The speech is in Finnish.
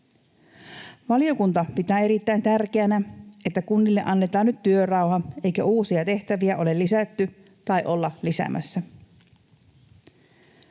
Valiokunta pitää erittäin tärkeänä, että kunnille annetaan nyt työrauha, eikä uusia tehtäviä ole lisätty tai olla lisäämässä.